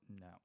No